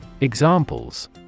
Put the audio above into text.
Examples